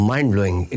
Mind-blowing